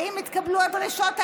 האם התקבלו הדרישות האלה?